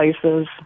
places